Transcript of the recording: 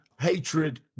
hatred